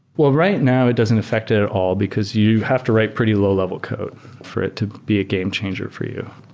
well, right now it doesn't affect it at all, because you have to write pretty low level code for it to be a game changer for you.